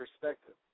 perspective